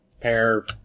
pair